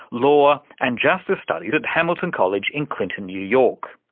law and justice studies at hamilton college in clinton, new york.